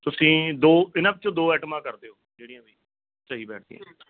ਤੁਸੀਂ ਦੋ ਇਹਨਾਂ ਵਿੱਚੋਂ ਦੋ ਆਈਟਮਾਂ ਕਰ ਦਿਓ ਜਿਹੜੀਆਂ ਵੀ ਸਹੀ ਬੈਠਦੀਆਂ